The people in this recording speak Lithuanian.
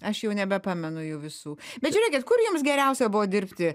aš jau nebepamenu jų visų bet žiūrėkit kur jums geriausia buvo dirbti